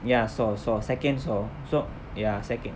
ya saw saw second saw so ya secon~